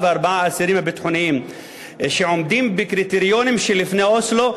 האסירים הביטחוניים שעומדים בקריטריונים של לפני אוסלו,